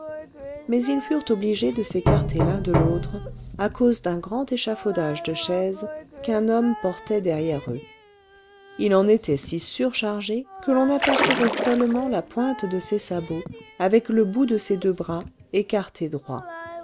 mais ils furent obligés de s'écarter l'un de l'autre à cause d'un grand échafaudage de chaises qu'un homme portait derrière eux il en était si surchargé que l'on apercevait seulement la pointe de ses sabots avec le bout de ses deux bras écartés droit